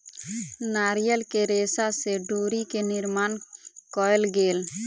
नारियल के रेशा से डोरी के निर्माण कयल गेल